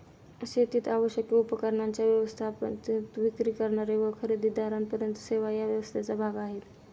शेतीस आवश्यक उपकरणांच्या व्यवस्थेपासून ते विक्री करणारे व खरेदीदारांपर्यंत सर्व या व्यवस्थेचा भाग आहेत